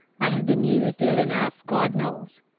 i have been used ill enough, god knows.